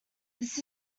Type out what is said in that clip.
this